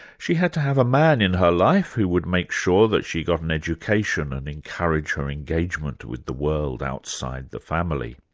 she had to have a man in her life who would make sure that she got an education and encourage her engagement with the world outside the family.